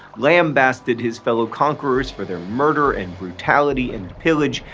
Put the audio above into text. lambasted his fellow conquerors for their murder, and brutality, and pillage.